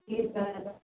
ठीक छै अहाँ लाउ